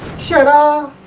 shuttle